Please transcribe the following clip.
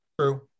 true